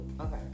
Okay